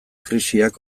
krisiak